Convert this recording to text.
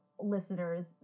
listeners